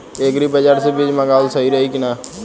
Agri बाज़ार से बीज मंगावल सही रही की ना?